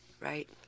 Right